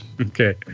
Okay